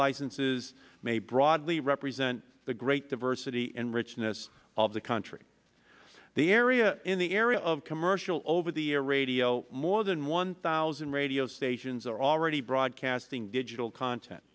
licenses may broadly repartee then the great diversity and richness of the country the area in the area of commercial over the air radio more than one thousand radio stations are already broadcasting digital content